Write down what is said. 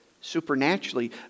supernaturally